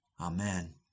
Amen